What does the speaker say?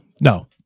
No